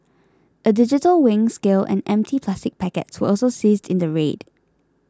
a digital weighing scale and empty plastic packets were also seized in the raid